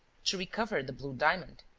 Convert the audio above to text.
to recover the blue diamond.